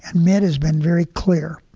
and mitt has been very clear.